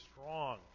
strong